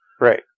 Right